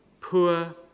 poor